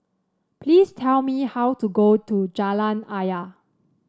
please tell me how to go to Jalan Ayer